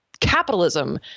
capitalism